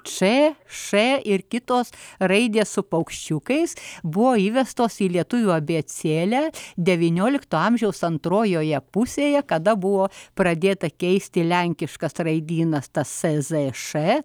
č š ir kitos raidės su paukščiukais buvo įvestos į lietuvių abėcėlę devyniolikto amžiaus antrojoje pusėje kada buvo pradėta keisti lenkiškas raidynas tasai z š